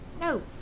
No